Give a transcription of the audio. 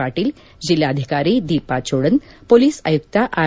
ಪಾಟೀಲ ಜಿಲ್ಲಾಧಿಕಾರಿ ದೀಪಾ ಚೋಳನ್ ಪೊಲೀಸ್ ಆಯುಕ್ತ ಆರ್